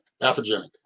pathogenic